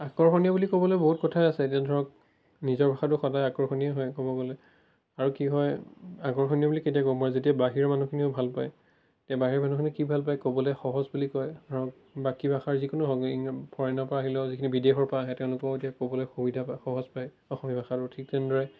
আকৰ্ষণীয় বুলি ক'বলৈ বহুত কথাই আছে এতিয়া ধৰক নিজৰ ভাষাটো সদায় আকৰ্ষণীয় হয় ক'ব গ'লে আৰু কি হয় আকৰ্ষণীয় বুলি কেতিয়া কম মই যেতিয়া বাহিৰৰ মানুহখিনিয়েও ভাল পায় এতিয়া বাহিৰৰ মানুহখিনি কি ভাল পাই ক'বলৈ সহজ বুলি কয় ধৰক বাকী ভাষাৰ যিকোনো হওক ইং ফৰেনৰ পৰা আহিলেও যিখিনি বিদেশৰ পৰা আহে তেওঁলোকেও এতিয়া ক'বলৈ সুবিধা পাই সহজ পাই অসমীয়া ভাষাটো ঠিক তেনেদৰে